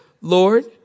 Lord